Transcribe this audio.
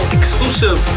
exclusive